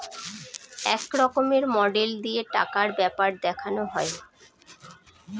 এক রকমের মডেল দিয়ে টাকার ব্যাপার দেখানো হয়